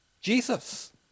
Jesus